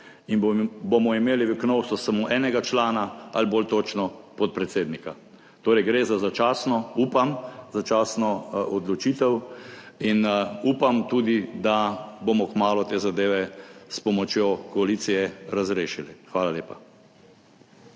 in bomo imeli v Knovsu samo enega člana ali bolj točno podpredsednika. Gre torej za začasno, upam, da začasno, odločitev in upam tudi, da bomo kmalu te zadeve s pomočjo koalicije razrešili. Hvala lepa.